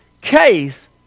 case